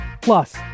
Plus